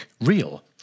real